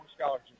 scholarship